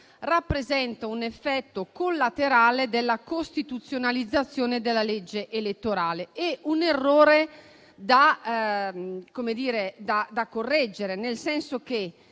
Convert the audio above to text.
rappresenta un effetto collaterale della costituzionalizzazione della legge elettorale. È un errore da correggere, nel senso che